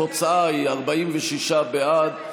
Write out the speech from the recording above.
התוצאה היא 46 בעד,